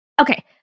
Okay